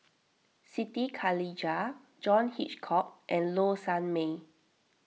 Siti Khalijah John Hitchcock and Low Sanmay